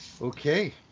Okay